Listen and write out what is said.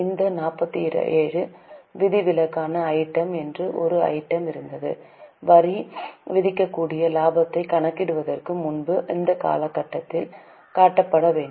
இந்த 47 விதிவிலக்கான ஐட்டம் என்று ஒரு ஐட்டம் இருந்தது வரி விதிக்கக்கூடிய இலாபத்தை கணக்கிடுவதற்கு முன்பு இந்த கட்டத்தில் காட்டப்பட வேண்டும்